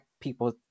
people